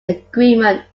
agreement